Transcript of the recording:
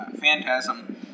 phantasm